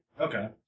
Okay